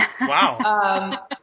Wow